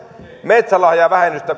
metsälahjavähennys jonka